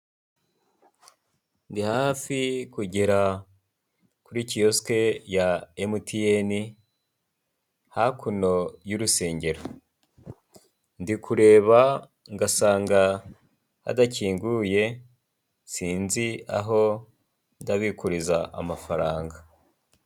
Ndi hafi kugera kuri kiyosike ya Emutiyeni, hakuno y'urusengero. Ndi kureba ngasanga hadakinguye, sinzi aho ndabikuriza amafaranga.